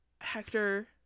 Hector